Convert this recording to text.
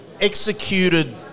executed